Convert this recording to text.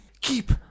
Keep